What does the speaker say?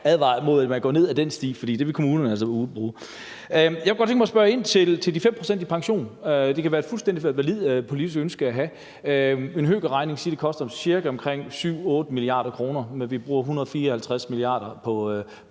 at man går ned ad den sti, for det vil kommunerne altså bruge. Jeg kunne godt tænke mig at spørge ind til de 5 pct. i pension. Det kan være et fuldstændig validt politisk ønske at have. Min høkerregning siger, det koster ca. 7-8 mia. kr., når vi bruger 154 mia. kr. på